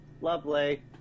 Lovely